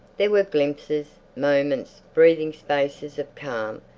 there were glimpses, moments, breathing spaces of calm,